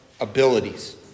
abilities